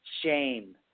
shame